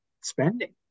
spending